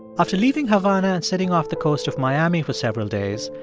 after leaving havana and sitting off the coast of miami for several days,